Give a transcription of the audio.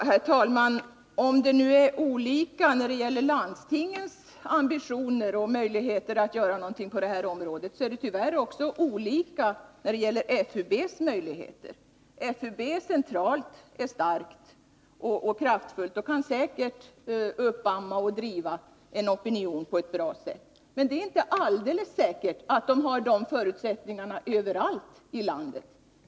Herr talman! Om det nu är olika med landstingens ambitioner och möjligheter att göra någonting på det här området, är det tyvärr också olika med FUB:s möjligheter. FUB har en kraftfull central organisation och kan säkerligen bilda opinion på ett bra sätt, men det är inte alldeles säkert att förbundet har förutsättningar för detta överallt i landet.